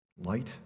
light